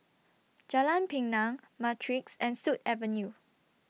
Jalan Pinang Matrix and Sut Avenue